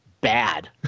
bad